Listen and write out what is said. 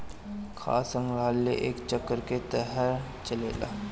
खाद्य शृंखला एक चक्र के तरह चलेला